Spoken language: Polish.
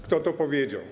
Kto to powiedział?